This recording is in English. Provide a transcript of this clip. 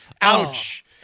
Ouch